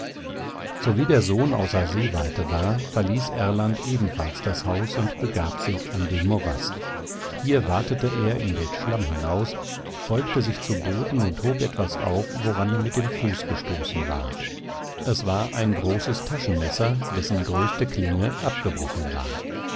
sowie der sohn außer sehweite war verließ erland ebenfalls das haus und begab sich an den morast hier watete er in den schlamm hinaus beugte sich zu boden und hob etwas auf woran er mit dem fuß gestoßen war es war ein großes taschenmesser dessen größte klinge abgebrochen war